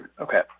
Okay